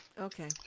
Okay